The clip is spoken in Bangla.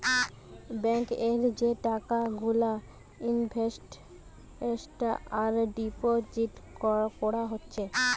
ব্যাঙ্ক এ যে টাকা গুলা ইনভেস্ট আর ডিপোজিট কোরা হচ্ছে